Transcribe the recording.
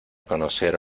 conocer